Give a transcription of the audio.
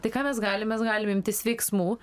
tai ką mes galim mes galim imtis veiksmų